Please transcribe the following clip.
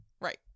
Right